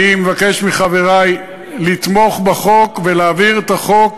אני מבקש מחברי לתמוך בחוק ולהעביר את הצעת